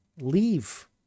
leave